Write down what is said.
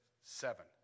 seven